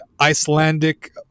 Icelandic